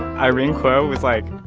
irene kuo was, like,